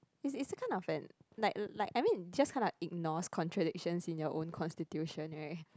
is is a kind of an like like I mean just kind of ignores contradiction with your own constitution [right]